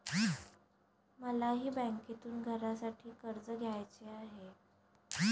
मलाही बँकेतून घरासाठी कर्ज घ्यायचे आहे